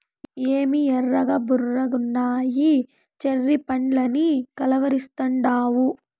ఏమి ఎర్రగా బుర్రగున్నయ్యి చెర్రీ పండ్లని కలవరిస్తాండావు